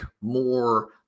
more